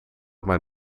maar